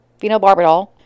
Phenobarbital